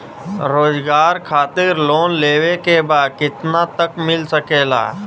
रोजगार खातिर लोन लेवेके बा कितना तक मिल सकेला?